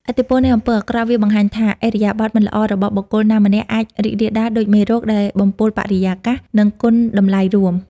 ឥទ្ធិពលនៃអំពើអាក្រក់ វាបង្ហាញថា ឥរិយាបថមិនល្អរបស់បុគ្គលណាម្នាក់ អាច រីករាលដាល ដូចមេរោគ ដែលបំពុលបរិយាកាស និងគុណតម្លៃរួម។